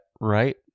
right